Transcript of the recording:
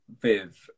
Viv